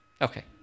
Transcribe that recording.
Okay